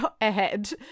ahead